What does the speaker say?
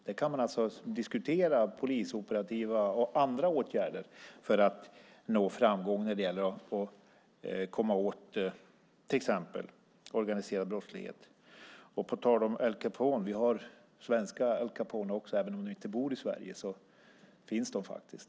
Där kan man alltså diskutera polisoperativa och andra åtgärder för att nå framgång när det gäller att komma åt till exempel organiserad brottslighet. På tal om Al Capone finns det svenska Al Caponer också, även om de inte bor i Sverige. De finns faktiskt.